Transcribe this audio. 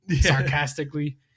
sarcastically